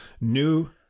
new